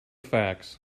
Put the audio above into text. facts